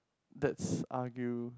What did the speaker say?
that's argue~